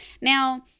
Now